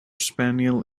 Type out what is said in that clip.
spaniel